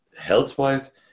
health-wise